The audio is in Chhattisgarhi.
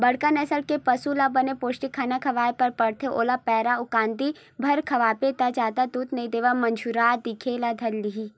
बड़का नसल के पसु ल बने पोस्टिक खाना खवाए बर परथे, ओला पैरा अउ कांदी भर खवाबे त जादा दूद नइ देवय मरझुरहा दिखे ल धर लिही